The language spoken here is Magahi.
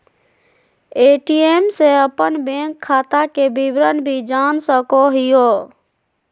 ए.टी.एम से अपन बैंक खाता के विवरण भी जान सको हिये